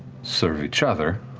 serve each other,